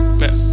man